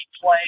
play